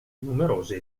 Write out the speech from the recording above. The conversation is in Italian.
numerose